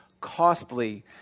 costly